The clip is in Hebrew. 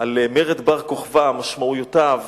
על מרד בר-כוכבא, משמעויותיו,